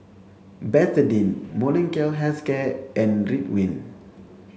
Betadine Molnylcke health care and Ridwind